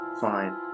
fine